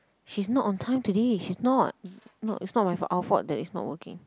she's not on time today she's not no it's not my fault our fault that it's not working